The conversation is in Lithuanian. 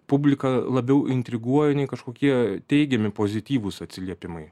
publika labiau intriguoja nei kažkokie teigiami pozityvūs atsiliepimai